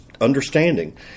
understanding